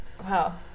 Wow